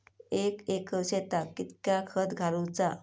एक एकर शेताक कीतक्या खत घालूचा?